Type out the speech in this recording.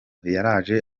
yaraje